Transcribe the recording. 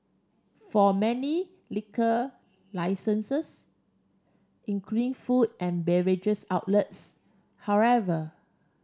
for many liquor licensees including food and beverages outlets however